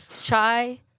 chai